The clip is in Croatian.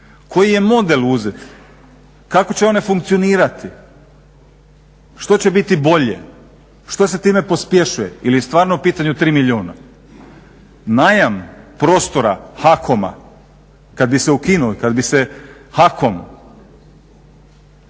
koji je model uzet? Kako će one funkcionirati? Što će biti bolje? Što se time pospješuje ili je stvarno pitanje od 3 milijuna? Najam prostora HAKOM-a kada bi se ukinuo kada bi se HAKOM